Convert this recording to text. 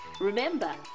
Remember